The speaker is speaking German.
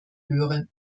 höre